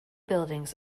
buildings